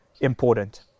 important